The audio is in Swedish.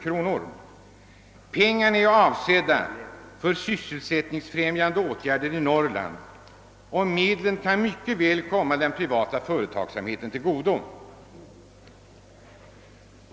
Medlen i denna fond är avsedda för sysselsättningsfrämjande åtgärder i Norrland och kan mycket väl komma den privata företagsamheten till godo.